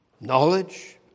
knowledge